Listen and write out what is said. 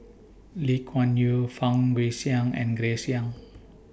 Lee Kuan Yew Fang Guixiang and Grace Young